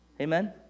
Amen